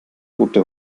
tote